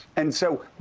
and so,